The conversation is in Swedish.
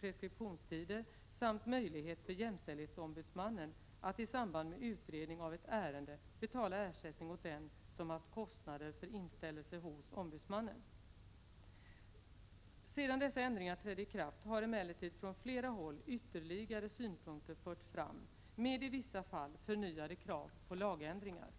preskriptionstider samt möjlighet för jämställdhetsombudsmannen att i samband med utredning av ett ärende betala ersättning åt den som haft kostnader för inställelse hos ombudsmannen. Sedan dessa ändringar trädde i kraft har emellertid från flera håll ytterligare synpunkter förts fram med, i vissa fall, förnyade krav på lagändringar.